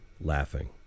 laughing